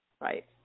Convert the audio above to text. Right